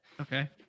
okay